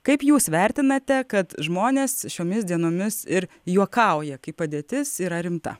kaip jūs vertinate kad žmonės šiomis dienomis ir juokauja kai padėtis yra rimta